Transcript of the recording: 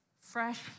fresh